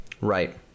Right